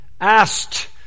asked